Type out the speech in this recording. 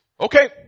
Okay